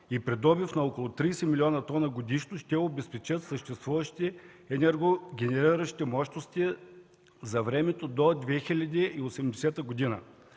и при добив на около 30 млн. тона годишно ще обезпечат съществуващи енергогенериращи мощности за времето до 2080 г.